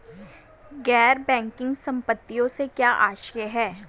गैर बैंकिंग संपत्तियों से क्या आशय है?